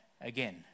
again